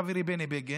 חברי בני בגין,